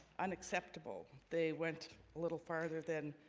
unacceptable they went a little farther than